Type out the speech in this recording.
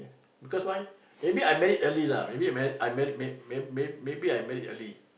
because why maybe I met it earlier maybe maybe I man man may maybe it early